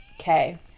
okay